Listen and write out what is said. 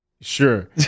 Sure